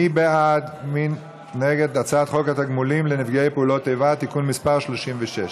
מי בעד ומי נגד הצעת חוק התגמולים לנפגעי פעולות איבה (תיקון מס' 36)?